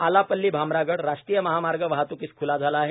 आलापल्ली भामरागड राष्ट्रीय महामार्ग वाहत्कीस ख्ला झाला आहे